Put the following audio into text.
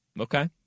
Okay